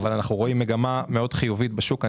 אבל אנחנו רואים מגמה מאוד חיובית בשוק.